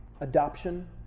Adoption